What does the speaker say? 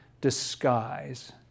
disguise